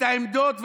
את העמדות.